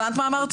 הבנת מה אמרתי?